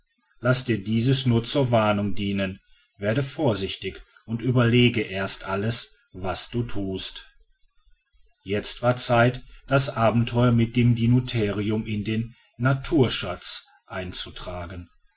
lasse dir dieses nur zur warnung dienen werde vorsichtig und überlege erst alles was du thust jetzt war zeit das abenteuer mit dem dinotherium in den naturschatz einzutragen